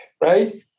Right